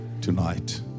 tonight